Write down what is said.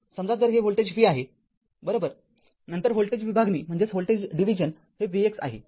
समजा जर हे व्होल्टेज v आहे बरोबर नंतर व्होल्टेज विभागणी हे vx आहे